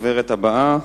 הדוברת הבאה,